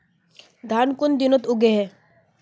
धान कुन दिनोत उगैहे